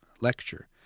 lecture